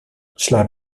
slaap